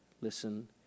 Listen